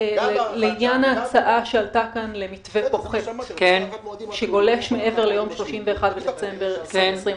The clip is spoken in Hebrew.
לעניין ההצעה שעלתה כאן למתווה פוחת שגולש מעבר ליום 31 בדצמבר 2020,